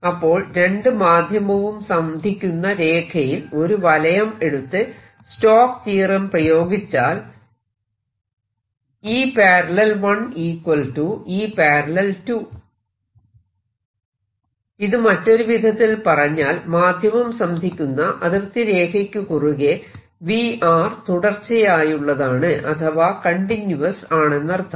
അപ്പോൾ രണ്ടു മാധ്യമവും സന്ധിക്കുന്ന രേഖയിൽ ഒരു വലയം എടുത്ത് സ്റ്റോക്ക് തിയറം stoke's theorem പ്രയോഗിച്ചാൽ ഇത് മറ്റൊരുവിധത്തിൽ പറഞ്ഞാൽ മാധ്യമം സന്ധിക്കുന്ന അതിർത്തി രേഖയ്ക്ക് കുറുകെ V തുടർച്ചയായുള്ളതാണ് അഥവാ കണ്ടിന്യൂവസ് ആണെന്നർത്ഥം